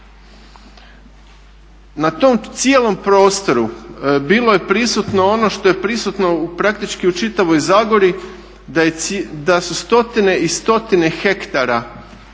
Na tom cijelom prostoru bilo je prisutno ono što je prisutno u praktički u čitavoj Zagori da su stotine i stotine hektara